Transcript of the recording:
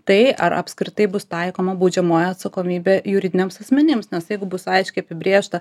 tai ar apskritai bus taikoma baudžiamoji atsakomybė juridiniams asmenims nes jeigu bus aiškiai apibrėžta